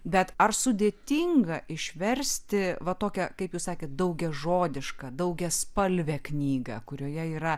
bet ar sudėtinga išversti va tokią kaip sakė daugiažodišką daugiaspalvę knygą kurioje yra